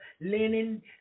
linen